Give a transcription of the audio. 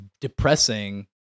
depressing